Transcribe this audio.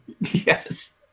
Yes